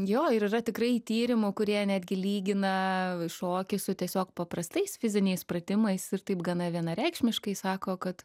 jo ir yra tikrai tyrimų kurie netgi lygina šokį su tiesiog paprastais fiziniais pratimais ir taip gana vienareikšmiškai sako kad